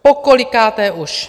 Pokolikáté už!